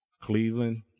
Cleveland